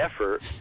effort